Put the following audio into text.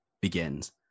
begins